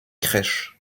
crèche